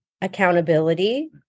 accountability